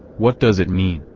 what does it mean,